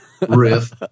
Riff